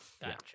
Gotcha